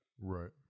right